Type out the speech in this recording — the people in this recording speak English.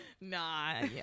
Nah